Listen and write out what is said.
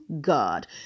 God